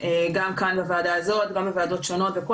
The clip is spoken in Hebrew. גם בוועדה הזאת וגם בוועדות שונות וכל